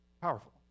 Powerful